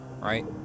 right